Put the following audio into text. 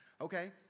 Okay